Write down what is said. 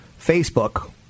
Facebook